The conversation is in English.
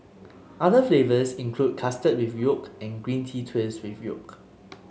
other flavours include custard with yolk and green tea twist with yolk